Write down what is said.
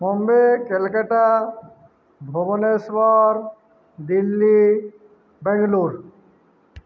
Bombay Calcutta Bhubaneswar Delhi Bengaluru